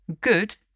Good